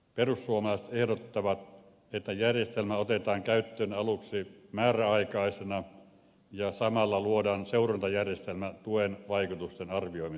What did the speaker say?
perussuomalaiset ehdottavat että järjestelmä otetaan käyttöön aluksi määräaikaisena ja samalla luodaan seurantajärjestelmä tuen vaikutusten arvioimiseksi